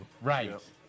right